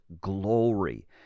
glory